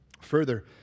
Further